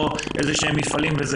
או מפעלים כלשהם.